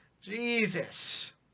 Jesus